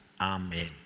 Amen